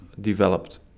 developed